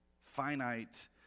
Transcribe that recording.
finite